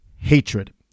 hatred